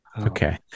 Okay